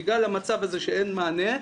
בגלל המצב הזה שאין מענה,